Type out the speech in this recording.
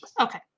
Okay